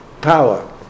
power